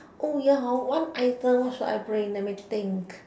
oh ya hor one item what should I bring let me think